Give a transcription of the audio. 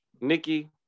Nikki